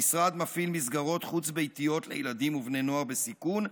המשרד מפעיל מסגרות חוץ-ביתיות לילדים ובני נוער בסיכון,